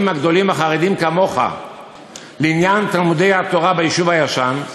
הגדולים החרדים כמוך לעניין תלמודי-התורה ביישוב הישן.